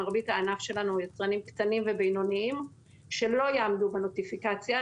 מרבית הענף שלנו הם יצרנים קטנים ובינוניים שלא יעמדו בנוטיפיקציה,